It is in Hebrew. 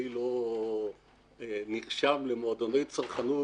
אני לא נרשם למועדוני צרכנות